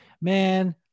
man